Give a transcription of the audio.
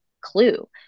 clue